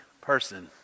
person